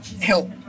help